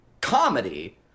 comedy